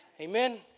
Amen